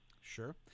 Sure